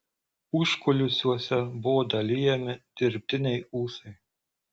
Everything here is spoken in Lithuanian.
užkulisiuose buvo dalijami dirbtiniai ūsai